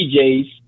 DJs